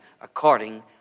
according